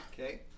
Okay